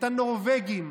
את הנורבגים,